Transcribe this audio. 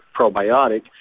probiotic